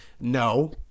No